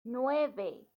nueve